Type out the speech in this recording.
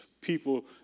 people